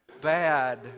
Bad